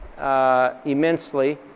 Immensely